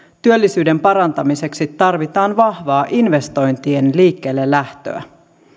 työllisyyden parantamiseksi tarvitaan vahvaa investointien liikkeellelähtöä